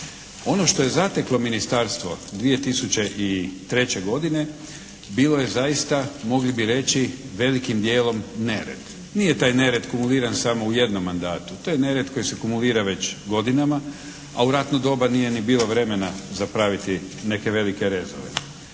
Ono što je zateklo Ministarstvo 2003. godine bilo je zaista mogli bi reći velikim dijelom nered. Nije taj nered kumuliran samo u jednom mandatu. To je nered koji se kumulira već godinama, a u ratno doba nije ni bilo vremena za praviti neke velike rezove.